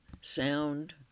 sound